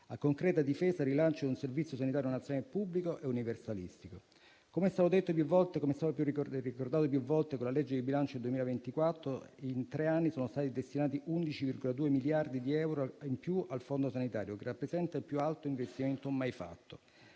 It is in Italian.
a concreta difesa e rilancio di un Servizio sanitario nazionale pubblico e universalistico. Com'è stato ricordato più volte, con la legge di bilancio 2024 in tre anni sono stati destinati 11,2 miliardi di euro in più al Fondo sanitario, che rappresenta il più alto investimento mai fatto.